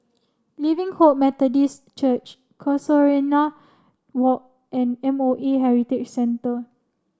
Living Hope Methodist Church Casuarina Walk and M O E Heritage Centre